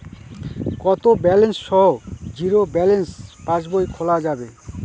কত ব্যালেন্স সহ zero balance পাসবই খোলা যাবে?